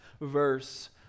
verse